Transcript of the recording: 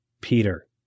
Peter